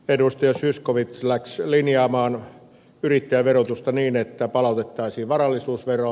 zyskowicz lähti linjaamaan yrittäjäverotusta niin että palautettaisiin varallisuusvero